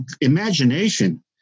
imagination